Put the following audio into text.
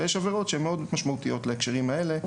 ויש עבירות שהן מאוד משמעותיות להקשרים האלה,